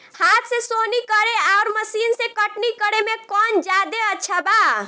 हाथ से सोहनी करे आउर मशीन से कटनी करे मे कौन जादे अच्छा बा?